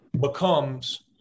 becomes